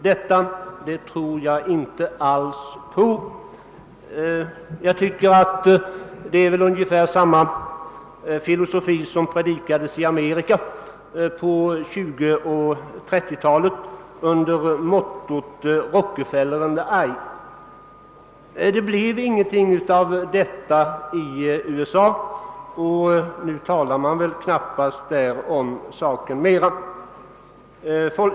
Detta tror jag inte alls på. Jag tycker att det är ungefär samma filosofi som predikades i Amerika på 1920 och 1930-talen under mottot »Rockefeller and I». Det blev inget av detta i USA. Och nu talar man väl där knappast mer om det.